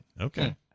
Okay